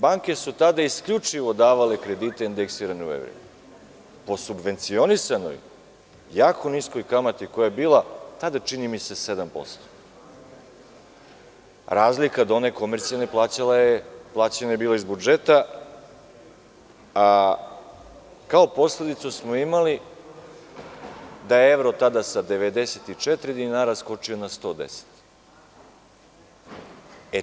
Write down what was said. Banke su tada isključivo davale kredite indeksirane u evrima, a po subvencionisanoj jako niskoj kamati, koja je bila, tada čini mi se 7%, razlika od one komercijalne, plaćena je bila iz budžeta, a kao posledicu smo imali da je evro tada sa 94 dinara skočio na 110 dinara.